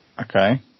okay